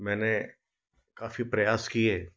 मैंने काफ़ी प्रयास किए